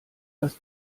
das